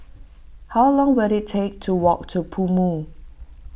how long will it take to walk to PoMo